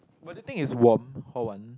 but do you think is warm hall one